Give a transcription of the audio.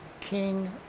king